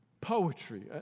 Poetry